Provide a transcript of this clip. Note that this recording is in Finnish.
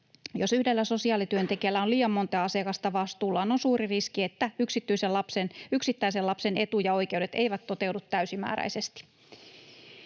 Jos yhdellä sosiaalityöntekijällä on liian monta asiakasta vastuullaan, on suuri riski, että yksittäisen lapsen etu ja oikeudet eivät toteudu täysimääräisesti.